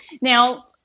Now